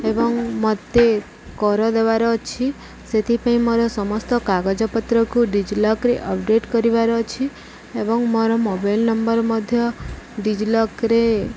ଏବଂ ମୋତେ କର ଦେବାର ଅଛି ସେଥିପାଇଁ ମୋର ସମସ୍ତ କାଗଜପତ୍ରକୁ ଡିଜିଲକ୍ରେ ଅପଡ଼େଟ୍ କରିବାର ଅଛି ଏବଂ ମୋର ମୋବାଇଲ୍ ନମ୍ବର୍ ମଧ୍ୟ ଡିଜିଲକ୍ରେ